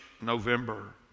November